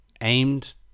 aimed